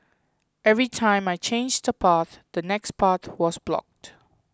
every time I changed a path the next path was blocked